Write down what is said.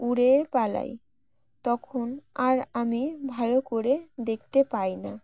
উড়ে পালাই তখন আর আমি ভালো করে দেখতে পাই না